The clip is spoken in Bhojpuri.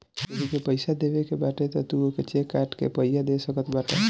केहू के पईसा देवे के बाटे तअ तू ओके चेक काट के पइया दे सकत बाटअ